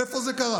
איפה זה קרה?